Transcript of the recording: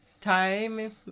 time